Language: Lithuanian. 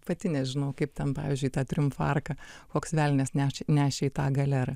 pati nežinau kaip ten pavyzdžiui ta triumfo arka koks velnias nešė nešė į tą galerą